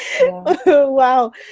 wow